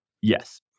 Yes